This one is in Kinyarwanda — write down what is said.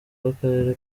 w’akarere